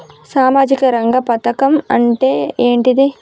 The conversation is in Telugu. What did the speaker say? సామాజిక రంగ పథకం అంటే ఏంటిది?